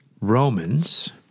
Romans